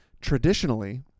Traditionally